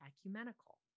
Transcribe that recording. ecumenical